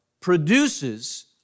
produces